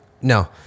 No